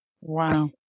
wow